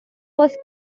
was